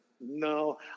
No